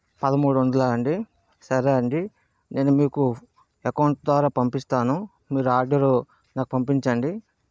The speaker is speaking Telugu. పదమూడు వందలా అండీ సరే అండీ నేను మీకు అకౌంట్ ద్వారా పంపిస్తాను మీరు ఆర్డరు నాకు పంపించండి